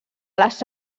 les